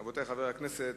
רבותי חברי הכנסת,